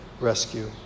rescue